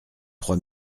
trois